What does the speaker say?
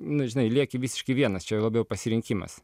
nu žinai lieki visiškai vienas čia jau labiau pasirinkimas